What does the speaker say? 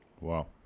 Wow